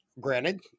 Granted